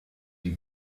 die